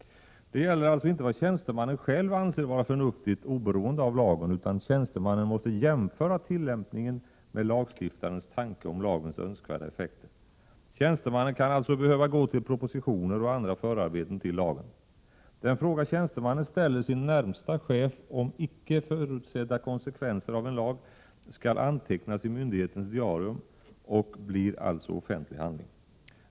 Det gäller alltså inte vad tjänstemannen själv anser vara förnuftigt oberoende av lagen, utan tjänstemannen måste jämföra tillämpningen med lagstiftarens tanke om lagens önskvärda effekter. Tjänstemannen kan alltså behöva gå till propositioner och andra förarbeten till lagen. Den fråga tjänstemannen ställer sin närmaste chef om icke förutsedda konsekvenser av en lag skall antecknas i myndighetens diarium och blir alltså offentlig handling.